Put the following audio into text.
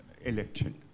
election